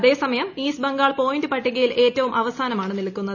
അതേ സമയം East Bengal point പട്ടികയിൽ ഏറ്റവും അവസാനമാണ് നിൽക്കുന്നത്